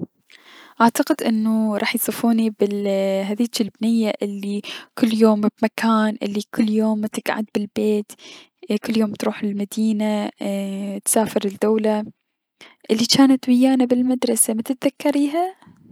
اعتقد انو راح يصفوني بهذيج البنية الي كل يوم بمكان و الي كل يوم متكعد بلبيت كل يوم تروح لمدينة اي- تسافر لدولة الي جانت ويانا بلمدرسة متتذكريها؟